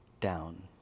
down